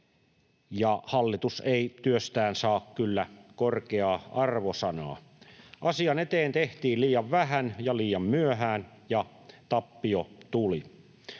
Hallitus ei työstään saa kyllä korkeaa arvosanaa. Asian eteen tehtiin liian vähän ja liian myöhään, ja tappio tuli.